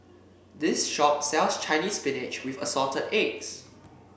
this shop sells Chinese Spinach with Assorted Eggs